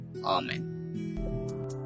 amen